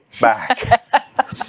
back